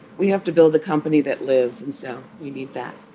we have to build a company that lives. and so we need that